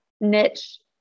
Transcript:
niche